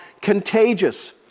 contagious